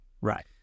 Right